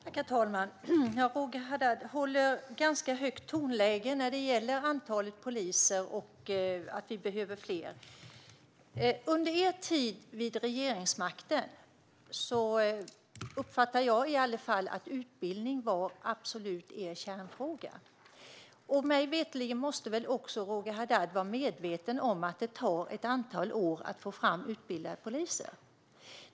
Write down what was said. Herr talman! Roger Haddad håller ganska högt tonläge när det gäller antalet poliser och att vi behöver fler. Under er tid vid regeringsmakten uppfattade i alla fall jag att utbildning var er absoluta kärnfråga. Mig veterligen måste väl också Roger Haddad vara medveten om att det tar ett antal år att få fram utbildade poliser.